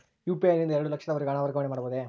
UPI ನಿಂದ ಎರಡು ಲಕ್ಷದವರೆಗೂ ಹಣ ವರ್ಗಾವಣೆ ಇರುತ್ತದೆಯೇ?